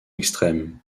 extrême